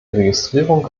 registrierung